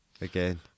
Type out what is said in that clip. again